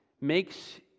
makes